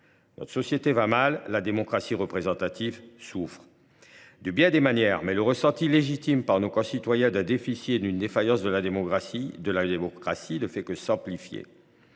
Notre société va mal, la démocratie représentative souffre de bien des manières ; le ressenti légitime, par nos concitoyens, d’un déficit, voire d’une défaillance de la démocratie ne fait que s’amplifier.